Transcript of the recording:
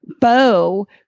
Bo